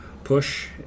Push